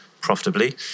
profitably